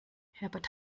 herbert